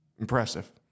Impressive